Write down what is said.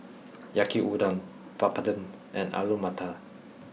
Yaki Udon Papadum and Alu Matar